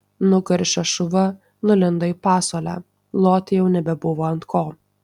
nukaršęs šuva nulindo į pasuolę loti jau nebebuvo ant ko